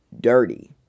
dirty